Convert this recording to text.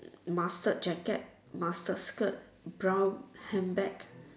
mustard jacket mustard skirt brown handbag